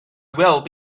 will